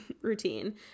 routine